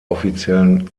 offiziellen